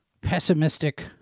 pessimistic